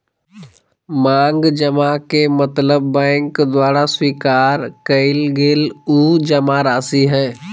मांग जमा के मतलब बैंक द्वारा स्वीकार कइल गल उ जमाराशि हइ